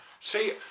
See